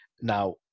Now